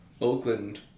Oakland